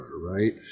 right